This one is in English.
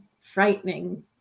frightening